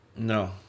No